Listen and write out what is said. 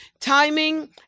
Timing